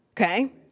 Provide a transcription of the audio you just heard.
Okay